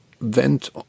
went